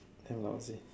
damn lousy